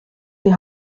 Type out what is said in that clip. die